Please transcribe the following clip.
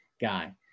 guy